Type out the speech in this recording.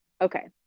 okay